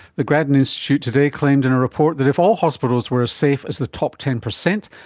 the grattan institute today claimed in a report that if all hospitals were as safe as the top ten percent,